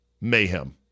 Mayhem